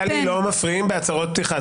טלי, לא מפריעים בהצהרות פתיחה.